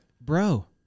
bro